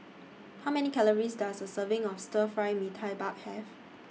How Many Calories Does A Serving of Stir Fry Mee Tai Mak Have